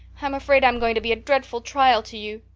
i'm afraid i'm going to be a dreadful trial to you.